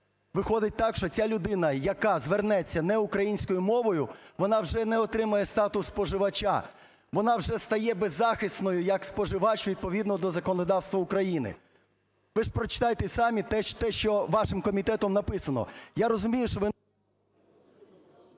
виходить так, що ця людина, яка звернеться не українською мовою, вона вже не отримає статус споживача. Вона вже стає беззахисною як споживач відповідно до законодавства України. Ви ж прочитайте самі те, що вашим комітетом написано. Я розумію, що ви…